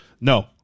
no